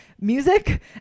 music